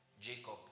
Jacob